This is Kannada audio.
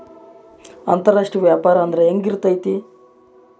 ಅಂತರಾಷ್ಟ್ರೇಯ ವ್ಯಾಪಾರ ಅಂದ್ರೆ ಹೆಂಗಿರ್ತೈತಿ?